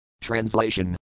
Translation